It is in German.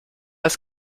ist